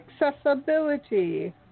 accessibility